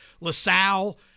LaSalle